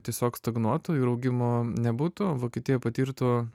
tiesiog stagnuotų ir augimo nebūtų vokietija patirtų